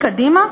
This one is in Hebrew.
מה,